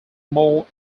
more